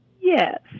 Yes